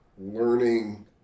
learning